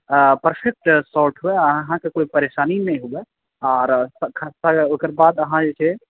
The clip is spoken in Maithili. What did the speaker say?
हा शोर्ट मे अहाँके कोइ परेशानी नहि हुए आर ओकर बाद अहाँ जे छै